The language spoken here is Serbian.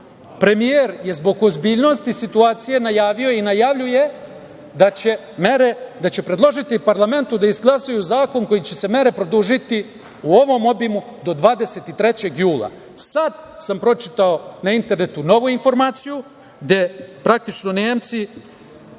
premijer je zbog ozbiljnosti situacije najavio i najavljuje da će predložiti parlamentu da izglasaju zakon kojim će se mere produžiti u ovom obimu do 23. jula. Sad sam pročitao na internetu novu informaciju, gde praktično Nemci